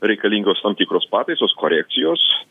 reikalingos tam tikros pataisos korekcijos